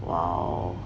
!wow!